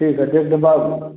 ठीक है फिर उसके बाद